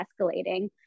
escalating